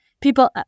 people